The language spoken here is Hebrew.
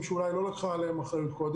שקודם אולי היא לא לקחה עליהם אחריות.